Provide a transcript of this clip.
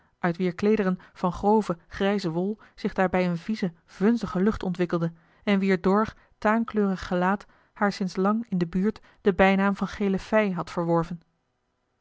uit wier kleederen van grove grijze wol zich daarbij eene vieze vunzige lucht ontwikkelde en wier dor taankleurig gelaat haar sinds lang in de buurt den bijnaam van gele fij had verworven